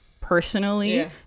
personally